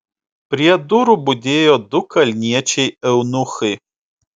prie durų budėjo du kalniečiai eunuchai